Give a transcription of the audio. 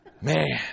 Man